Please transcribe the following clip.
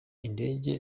indege